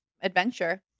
adventure